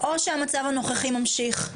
או שהמצב הנוכחי ממשיך,